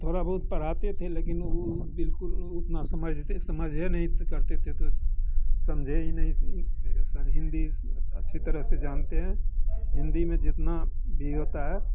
थोड़ा बहुत पढ़ाते थे लेकिन ऊ बिल्कुल उतना समझते समझे नहीं करते थे तो उस समझे ही नहीं सब हिन्दी अच्छी तरह से जानते हैं हिन्दी में जितना भी होता है